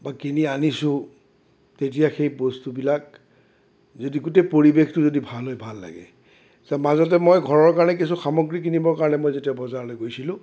বা কিনি আনিছোঁ তেতিয়া সেই বস্তুবিলাক যদি গোটেই পৰিৱেশটো যদি ভাল হয় ভাল লাগে মাজতে মই ঘৰৰ কাৰণে কিছু সামগ্ৰী কিনিবৰ কাৰণে মই যেতিয়া বজাৰলৈ গৈছিলোঁ